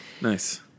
nice